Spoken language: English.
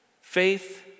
Faith